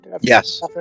Yes